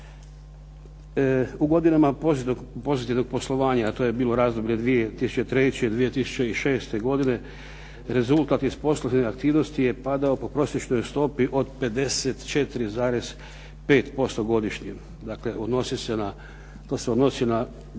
U godinama pozitivnog poslovanja a to je bilo razdoblje 2003., 2006. godine rezultat iz poslovne aktivnosti je padao po prosječnoj stopi od 54,5% godišnje, dakle, odnosi se